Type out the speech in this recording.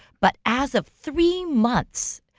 but as of three months,